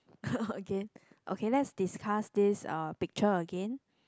again okay okay let's discuss this uh picture again